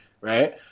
right